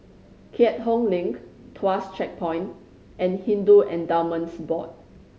Keat Hong Link Tuas Checkpoint and Hindu Endowments Board